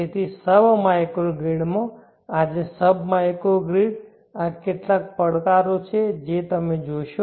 તેથી સબ માઇક્રોગ્રિડમાં આજે સબ માઇક્રોગ્રાડ આ કેટલાક પડકારો છે જે તમે જોશો